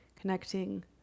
connecting